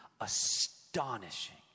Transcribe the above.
astonishing